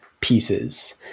pieces